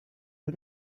nur